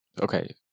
okay